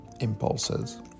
impulses